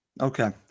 Okay